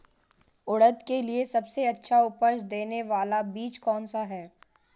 उड़द के लिए सबसे अच्छा उपज देने वाला बीज कौनसा है?